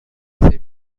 مرخصی